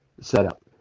setup